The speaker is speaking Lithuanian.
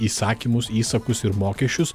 įsakymus įsakus ir mokesčius